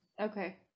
Okay